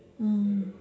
mm